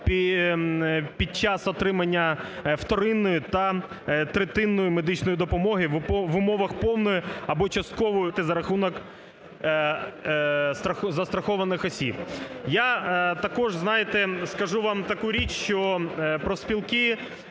під час отримання вторинної та третинної медичної допомоги в умовах повної або часткової їх оплати за рахунок застрахованих осіб. Я також, знаєте, скажу вам таку річ, що профспілки,